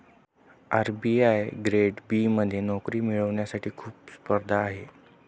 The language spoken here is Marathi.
आर.बी.आई ग्रेड बी मध्ये नोकरी मिळवण्यासाठी खूप स्पर्धा आहे